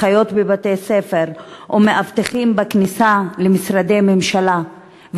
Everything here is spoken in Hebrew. אחיות בבתי-ספר ומאבטחים בכניסה למשרדי ממשלה,